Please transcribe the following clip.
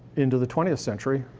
into the twentieth century,